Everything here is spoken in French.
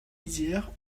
lisière